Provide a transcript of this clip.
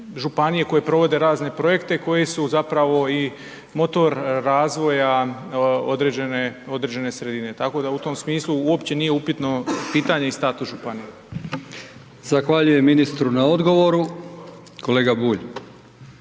koje provode razne projekte koji su zapravo i motor razvoja određene sredine. Tako da u tom smislu uopće nije upitno pitanje i status županija. **Brkić, Milijan (HDZ)** Zahvaljujem ministru na odgovoru. Kolega Bulj,